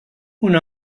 una